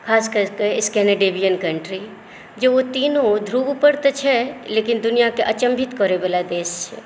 खासकऽ Scandinavian countries जे ओ तीनो ध्रुव पर तऽ छै लेकिन दुनिआकेँ अचम्भित करय वाला देश छै